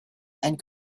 and